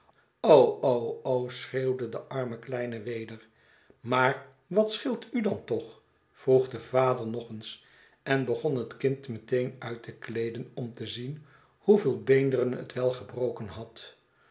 schreeuwde dearme kleine weder maar wat scheelt u dan toch vroeg de vader nog eens en begon het kind meteen uit te kleeden om te zien hoeveel beenderen het wel gebroken had